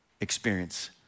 experience